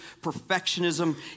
perfectionism